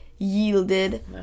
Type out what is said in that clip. yielded